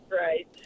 right